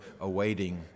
awaiting